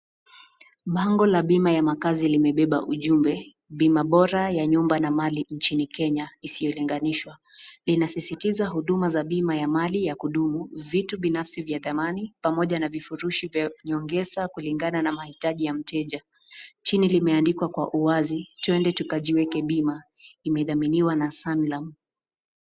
Bango la bima ya makazi limebeba ujumbe, bima bora ya nyumba na mali nchini Kenya isiyolinganishwa. Linasisitiza huduma za bima ya mali ya kudumu, vitu binafsi vya thamani pamoja na vifurushi vya nyongeza kulingana na mahitaji ya mteja. Chini limeandikwa kwa uwazi, twende tukajiweke bima. Imedhaminiwa na Sanlam.